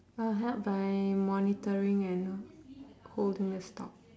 I'll help by monitoring and holding the stop